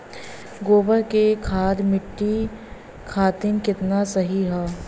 गोबर क खाद्य मट्टी खातिन कितना सही ह?